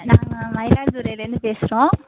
நாங்கள் மயிலாடுதுறையிலேருந்து பேசுகிறோம்